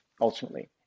Ultimately